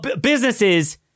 Businesses